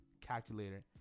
calculator